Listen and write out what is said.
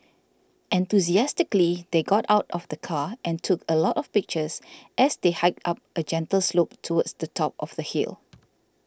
enthusiastically they got out of the car and took a lot of pictures as they hiked up a gentle slope towards the top of the hill